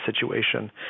situation